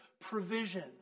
provision